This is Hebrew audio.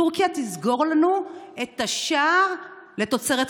טורקיה תסגור לנו את השער לתוצרת חקלאית.